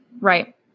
Right